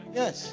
yes